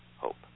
hope